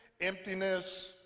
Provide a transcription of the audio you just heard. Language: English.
emptiness